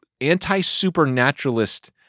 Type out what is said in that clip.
anti-supernaturalist